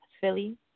Philly